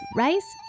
rice